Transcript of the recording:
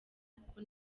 kuko